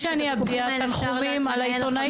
ביקשת שאני אביע תנחומים על העיתונאית.